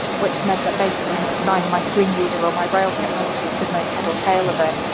which meant that basically neither my screen reader or my braille technology could make head or tail of it.